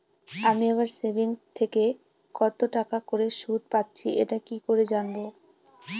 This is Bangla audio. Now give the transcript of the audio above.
আমি আমার সেভিংস থেকে কতটাকা করে সুদ পাচ্ছি এটা কি করে জানব?